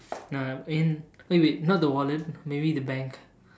no lah uh eh wait not the wallet maybe the bank